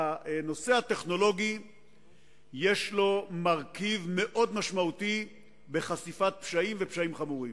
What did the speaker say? לנושא הטכנולוגי יש מרכיב מאוד משמעותי בחשיפת פשעים ופשעים חמורים.